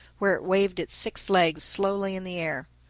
where it waved its six legs slowly in the air.